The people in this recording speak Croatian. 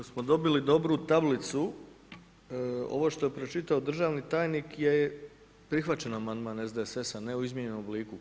Ako smo dobili dobru tablicu, ovo što je pročitao državni tajnik je prihvaćen amandman SDSS-a, ne u izmijenjenom obliku.